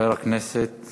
חבר הכנסת